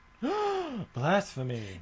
Blasphemy